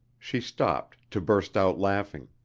she stopped, to burst out laughing.